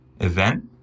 event